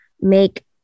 make